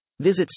Visit